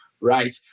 right